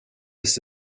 ist